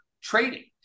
trading